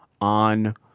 on